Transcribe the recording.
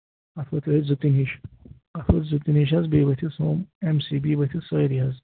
اَتھ ووٚتھ یِہَے زِتِنۍ ہِش اکھ ووٚتُس زِتِنۍ ہِش بیٚیہِ ؤتھِس یِم ایم سی بی ؤتھِس سٲری حظ